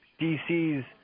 DC's